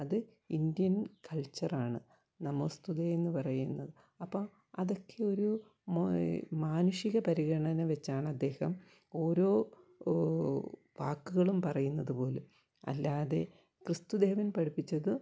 അത് Indian culture ആണ് നമോസ്തുതേ എന്ന് പറയുന്നത് അപ്പം അതൊക്കെ ഒരു മോ മാനുഷിക പരിഗണന വെച്ചാണ് അദ്ദേഹം ഓരോ ഓ വാക്കുകളും പറയുന്നത് പോലും അല്ലാതെ ക്രിസ്തു ദേവൻ പഠിപ്പിച്ചത്